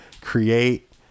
create